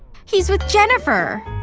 he's with jennifer.